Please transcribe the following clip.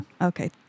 okay